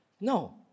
No